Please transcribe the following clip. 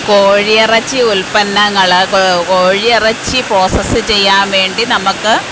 കോഴി ഇറച്ചി ഉൽപ്പന്നങ്ങള് കോഴി ഇറച്ചി പ്രോസസ്സ് ചെയ്യാൻ വേണ്ടി നമുക്ക്